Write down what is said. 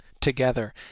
together